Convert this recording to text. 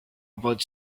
about